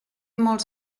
molts